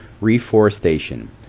reforestation